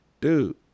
Dude